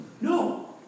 No